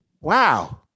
Wow